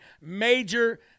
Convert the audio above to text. major